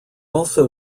also